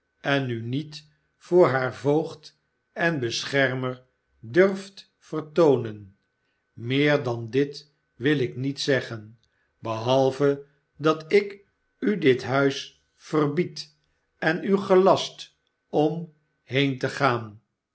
en u niet voor haar voogd en beschermer durft vertoonen meer dan dit wil ik niet zeggen behalve dat ik u dit huis verbied en u gelast om heen te gaan